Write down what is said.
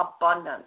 Abundance